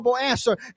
answer